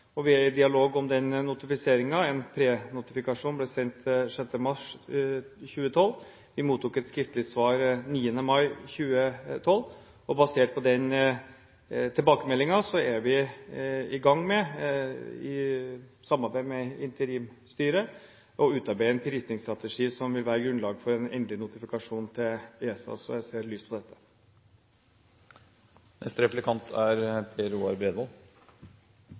Vi er i dialog om den notifiseringen. En prenotifikasjon ble sendt 6. mars 2012. Vi mottok et skriftlig svar 9. mai 2012. Basert på den tilbakemeldingen er vi i gang med, i samarbeid med interimstyret, å utarbeide en prisningsstrategi som vil være grunnlag for en endelig notifikasjon til ESA. Så jeg ser lyst på dette.